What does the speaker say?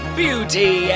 beauty